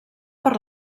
per